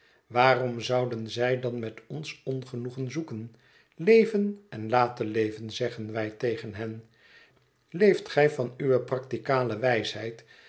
waarom zouden zij dan met ons ongenoegen zoeken leven en laten leven zeggen wij tegen hen leeft gij van uwe practicale wijsheid